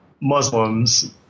Muslims